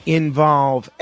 involve